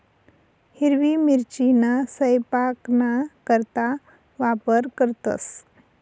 हिरवी मिरचीना सयपाकना करता वापर करतंस